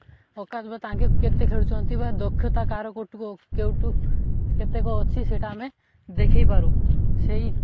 ଔକାତ୍ ବା ତାଙ୍କେ କେତେ ଖେଳୁଛନ୍ତି ବା ଦକ୍ଷତା କାହାର କଟୁକ କେଉଁଠୁ କେତେକ ଅଛି ସେଟା ଆମେ ଦେଖେଇପାରୁ ସେଇ